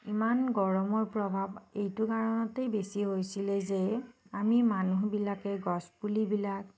ইমান গৰমৰ প্ৰভাৱ এইটো কাৰণতেই বেছি হৈছিলে যে আমি মানুহবিলাকে গছপুলিবিলাক